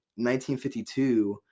1952